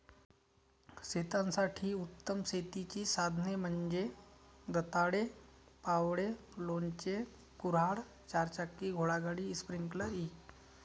शेतासाठी उत्तम शेतीची साधने म्हणजे दंताळे, फावडे, लोणचे, कुऱ्हाड, चारचाकी घोडागाडी, स्प्रिंकलर इ